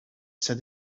said